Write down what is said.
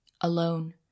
Alone